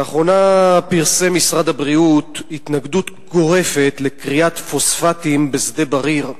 לאחרונה פרסם משרד הבריאות התנגדות גורפת לכריית פוספטים בשדה-בריר,